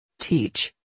Teach